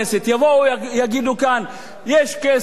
יבואו יגידו כאן: יש כסף,